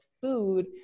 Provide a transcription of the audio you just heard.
food